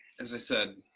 as i said,